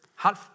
half